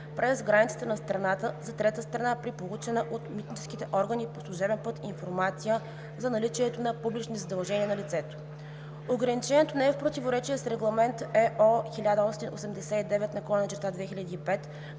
през границата на страната за трета страна при получена от митническите органи по служебен път информация за наличието на публични задължения на лицето. Ограничението не е в противоречие с Регламент (ЕО) 1889/2005